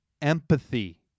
Empathy